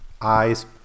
eyes